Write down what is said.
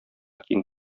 киң